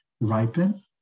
ripen